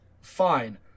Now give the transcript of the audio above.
Fine